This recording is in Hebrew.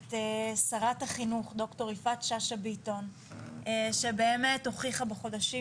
את שרת החינוך ד"ר יפעת שאשא ביטון שבאמת הוכיחה בחודשים